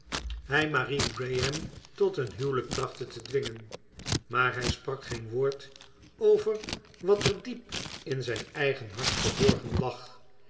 hij marie graham tot een huwelijk trachtte te dwingen maar hij sprak geen woord over wat er diep in zijn eigen hart verborgen lag